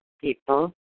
people